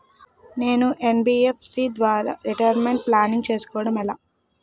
నేను యన్.బి.ఎఫ్.సి ద్వారా retirement planning చేసుకోవడం ఎలా?